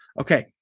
Okay